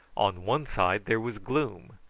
on one side there was gloom,